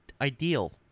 ideal